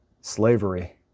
slavery